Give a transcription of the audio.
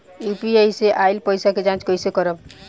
UPI से आइल पईसा के जाँच कइसे करब?